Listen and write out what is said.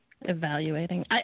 Evaluating